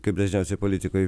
kaip dažniausia politikoj